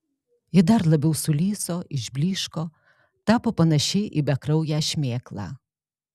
ji dar labiau sulyso išblyško tapo panaši į bekrauję šmėklą